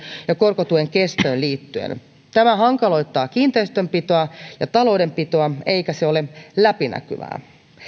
ja korkotuen kestoon liittyen tämä hankaloittaa kiinteistönpitoa ja taloudenpitoa eikä se ole läpinäkyvää